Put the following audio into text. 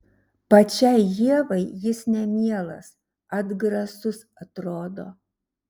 pačiai ievai jis nemielas atgrasus atrodo